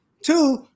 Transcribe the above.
two